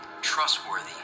trustworthy